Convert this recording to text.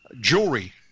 jewelry